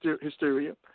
hysteria